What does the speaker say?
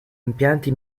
impianti